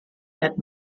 had